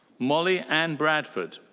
molly anne bradford.